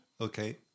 Okay